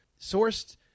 sourced